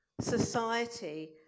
society